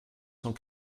cent